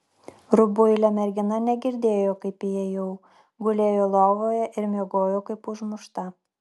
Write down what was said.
rubuilė mergina negirdėjo kaip įėjau gulėjo lovoje ir miegojo kaip užmušta